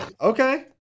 Okay